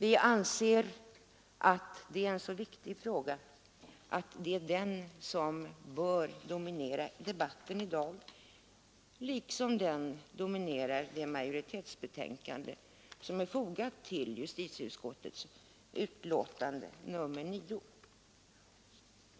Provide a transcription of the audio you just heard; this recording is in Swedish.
Vi anser att det är en så viktig fråga att den i dag bör få dominera debatten liksom den dominerar den majoritetshemställan som finns i justitieutskottets betänkande nr 9.